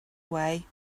away